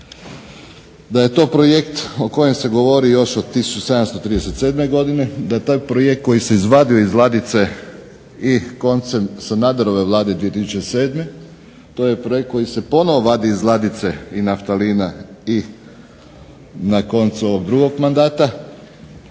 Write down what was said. da je to projekt o kojem se govori još od 1737. godine, da je to projekt koji se izvadio iz ladice i koncem Sanaderove vlade 2007., to je projekt koji se ponovno vadi iz ladice i naftalina i na koncu ovog drugog mandata